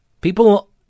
People